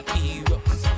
heroes